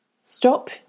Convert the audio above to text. Stop